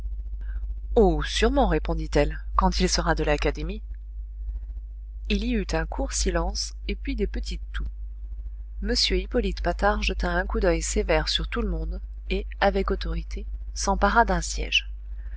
sûrement répondit-elle quand il sera de l'académie il y eut un court silence et puis des petites toux m hippolyte patard jeta un coup d'oeil sévère sur tout le monde et avec autorité s'empara d'un siège